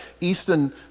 Easton